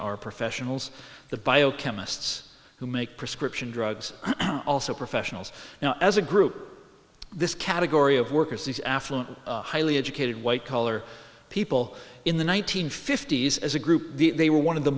are professionals the biochemists who make prescription drugs also professionals now as a group this category of workers these affluent highly educated white collar people in the one nine hundred fifty s as a group they were one of the